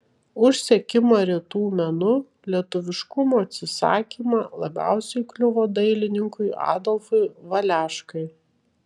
už sekimą rytų menu lietuviškumo atsisakymą labiausiai kliuvo dailininkui adolfui valeškai